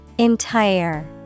Entire